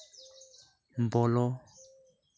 ᱵᱚᱞᱚ